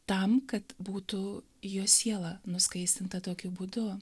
tam kad būtų jo siela nuskaistinta tokiu būdu